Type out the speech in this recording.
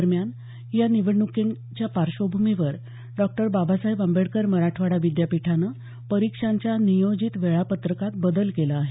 दरम्यान या निवडणुकांच्या पार्श्वभूमीवर डॉ बाबासाहेब आंबेडकर मराठवाडा विद्यापीठानं परीक्षांच्या नियोजित वेळापत्रकात बदल केला आहे